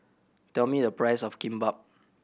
tell me the price of Kimbap